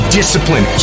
discipline